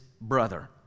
brother